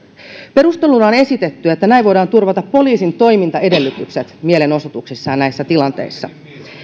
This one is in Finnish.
perusteluna on esitetty että näin voidaan turvata poliisin toimintaedellytykset mielenosoituksissa ja näissä tilanteissa